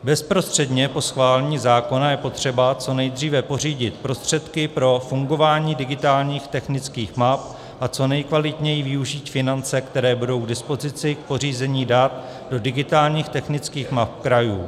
Bezprostředně po schválení zákona je potřeba co nejdříve pořídit prostředky pro fungování digitálních technických map a co nejkvalitněji využít finance, které budou k dispozici k pořízení dat do digitálních technických map krajů.